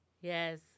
yes